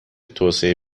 توسعه